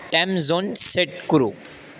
time zone set कुरु